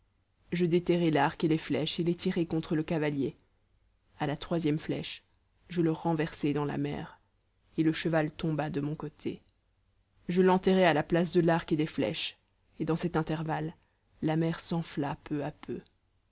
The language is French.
je déterrai l'arc et les flèches et les tirai contre le cavalier à la troisième flèche je le renversai dans la mer et le cheval tomba de mon côté je l'enterrai à la place de l'arc et des flèches et dans cet intervalle la mer s'enfla peu à peu